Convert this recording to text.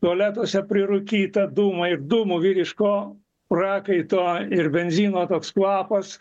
tualetuose prirūkyta dūmai ir dūmų vyriško prakaito ir benzino toks kvapas